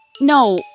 No